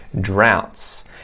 droughts